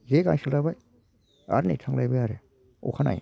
जे गांसे लाबाय आरो नै थांलायबाय आरो अखानायै